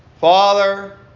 Father